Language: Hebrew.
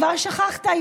כבר שכחת,